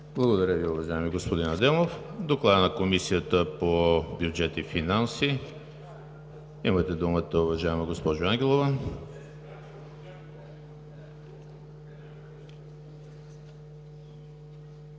Благодаря Ви, уважаеми господин Адемов. Доклад на Комисията по бюджет и финанси. Имате думата, уважаема госпожо Ангелова.